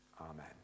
Amen